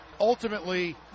ultimately